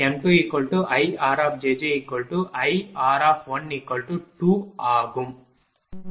ஆகும்